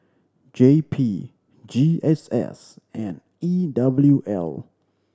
J P G S S and E W L